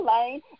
lane